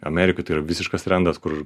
amerikoj tai yra visiškas trendas kur